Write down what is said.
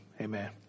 Amen